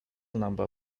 number